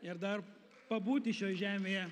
ir dar pabūti šioj žemėje